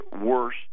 worse